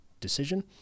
decision